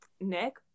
nick